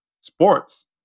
sports